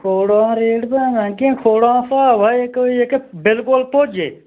तोड़ा रेट पर मैह्ंगे न तोड़ा स्हाब ऐ कोई जेह्के बिल्कुल भुरजे